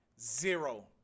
zero